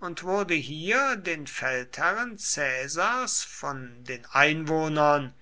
und wurde hier den feldherren caesars von den einwohnern